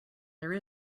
there